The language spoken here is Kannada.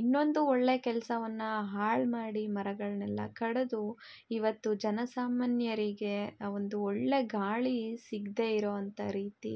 ಇನ್ನೊಂದು ಒಳ್ಳೆಯ ಕೆಲ್ಸವನ್ನು ಹಾಳುಮಾಡಿ ಮರಗಳನ್ನೆಲ್ಲ ಕಡಿದು ಇವತ್ತು ಜನ ಸಾಮಾನ್ಯರಿಗೆ ಒಂದು ಒಳ್ಳೆಯ ಗಾಳಿ ಸಿಗದೇ ಇರೋ ಅಂಥ ರೀತಿ